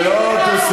זה לא דו-שיח.